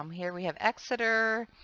um here we have exeter.